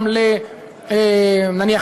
נניח,